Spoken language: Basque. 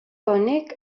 honek